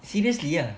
seriously ah